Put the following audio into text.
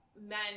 men